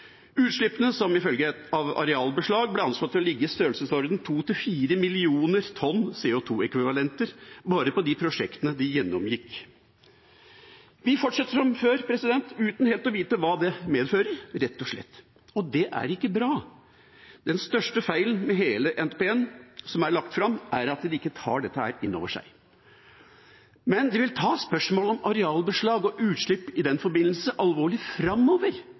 Utslippene som følge av arealbeslag ble anslått til å ligge i størrelsesordenen 2 millioner–4 millioner tonn CO 2 -ekvivalenter bare fra de prosjektene de gjennomgikk. Vi fortsetter som før uten helt å vite hva det medfører, rett og slett, og det er ikke bra. Den største feilen med hele NTP-en som er lagt fram, er at man ikke tar dette inn over seg. Man vil ta spørsmål om arealbeslag og utslipp i den forbindelse alvorlig framover,